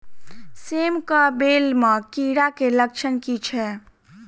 सेम कऽ बेल म कीड़ा केँ लक्षण की छै?